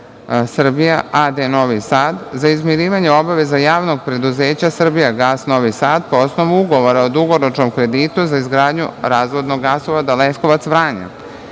Novi Sad za izmirivanje obaveza JP Srbijagas Novi Sad po osnovu Ugovora o dugoročnom kreditu za izgradnju razvodnog gasovoda Leskovac-Vranje.